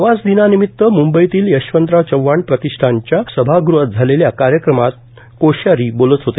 आवास दिनानिमित म्ंबईतील यशवंतराव चव्हाण प्रतिष्ठानच्या सभागृहात झालेल्या कार्यक्रमात कोश्यारी बोलत होते